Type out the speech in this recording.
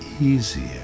easier